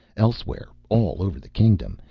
elsewhere all over the kingdom,